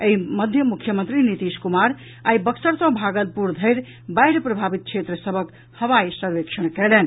एहि मध्य मुख्यमंत्री नीतीश कुमार आई बक्सर सँ भागलपुर धरि बाढ़ि प्रभावित क्षेत्र सभक हवाई सर्वेक्षण कयलनि